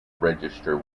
register